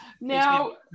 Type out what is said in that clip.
Now